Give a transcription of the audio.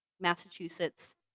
Massachusetts